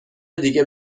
دیگه